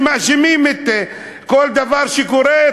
שמאשימים בכל דבר שקורה,